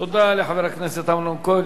תודה לחבר הכנסת אמנון כהן,